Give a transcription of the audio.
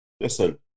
listen